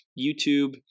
YouTube